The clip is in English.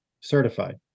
certified